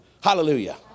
Hallelujah